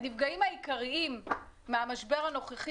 הנפגעים העיקריים מן המשבר הנוכחי,